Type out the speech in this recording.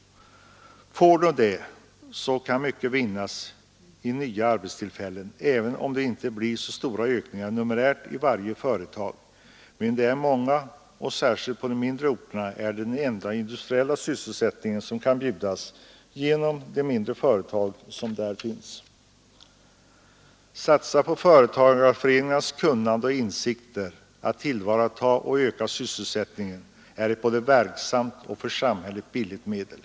Får de sådana kan mycket vinnas i nya arbetstillfällen, även om det inte blir så stora ökningar numerärt i varje företag. Men dessa företag är många, och särskilt på de mindre orterna är det de som kan erbjuda den enda industriella sysselsättningen. Att satsa på företagareföreningarnas kunnande och insikter när det gäller att tillvarata och öka sysselsättningen är ett för samhället både verksamt och billigt medel.